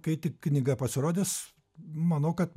kai tik knyga pasirodys manau kad